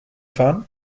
fahren